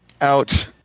out